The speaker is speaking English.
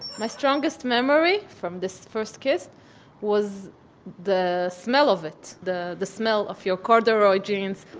my strongest memory from this first kiss was the smell of it. the the smell of your corduroy jeans,